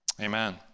Amen